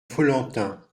follentin